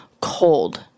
cold